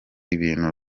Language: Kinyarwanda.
ibintu